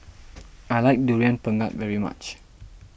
I like Durian Pengat very much